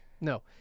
no